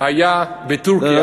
היה בטורקיה,